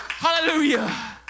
Hallelujah